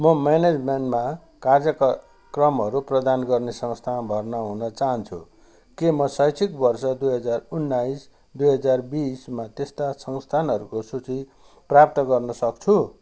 म म्यानेजमेन्टमा कार्यक्रमहरू प्रदान गर्ने संस्थानमा भर्ना हुन चाहन्छु के म शैक्षिक वर्ष दुई हजार उन्नाइस दुई हजार बिसमा त्यस्ता संस्थानहरूको सूची प्राप्त गर्नसक्छु